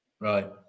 Right